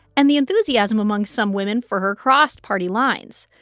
and the enthusiasm among some women for her crossed party lines.